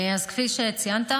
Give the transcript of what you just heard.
אז כפי שציינת,